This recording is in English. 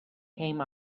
came